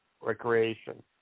Recreation